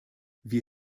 wir